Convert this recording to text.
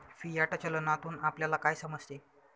Fiat चलनातून आपल्याला काय समजते?